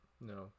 No